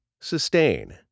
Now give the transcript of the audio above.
sustain